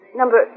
number